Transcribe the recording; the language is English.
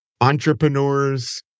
entrepreneurs